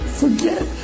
forget